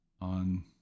on